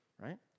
right